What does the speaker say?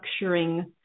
structuring